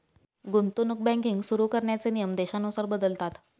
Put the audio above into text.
गुंतवणूक बँकिंग सुरु करण्याचे नियम देशानुसार बदलतात